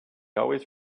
always